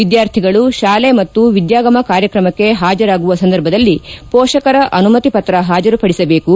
ವಿದ್ಯಾರ್ಥಿಗಳು ಶಾಲೆ ಮತ್ತು ವಿದ್ಯಾಗಮ ಕಾರ್ಯಕ್ರಮಕ್ಕೆ ಹಾಜರಾಗುವ ಸಂದರ್ಭದಲ್ಲಿ ಪೋಷಕರ ಅನುಮತಿ ಪತ್ರ ಪಾಜರುಪಡಿಸಬೇಕು